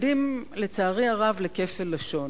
לצערי הרב, אנחנו עדים לכפל לשון.